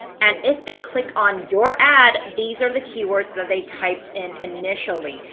and if they click on your ad, these are the keywords that they typed in initially.